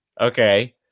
Okay